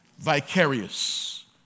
vicarious